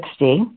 60